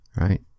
right